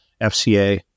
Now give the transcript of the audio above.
FCA